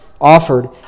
offered